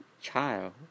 child